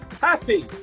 happy